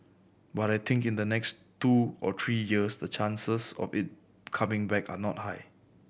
but I think in the next two or three years the chances of it coming back are not high